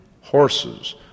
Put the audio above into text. horses